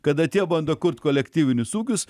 kada tie bando kurt kolektyvinius ūkius